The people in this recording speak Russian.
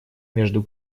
между